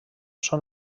són